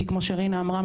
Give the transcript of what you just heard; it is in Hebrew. כי כמו שרינה אמרה,